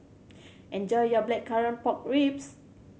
enjoy your Blackcurrant Pork Ribs